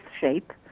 shape